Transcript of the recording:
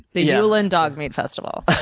the yulin dog meat festival.